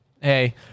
Hey